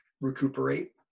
recuperate